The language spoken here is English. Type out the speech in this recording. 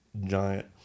giant